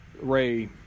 Ray